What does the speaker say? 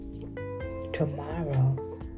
tomorrow